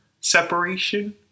separation